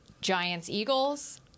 Giants-Eagles